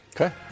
Okay